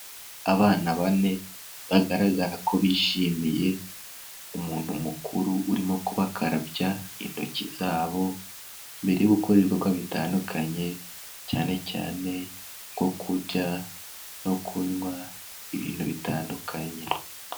Abana bane bagaragaza ko bishimiye umuntu mukuru urimo kubakarabya intoki zabo, mbere yo gukora ibikorwa bitandukanye, cyane cyane nko kurya no kunywa ibintu bitandukanye.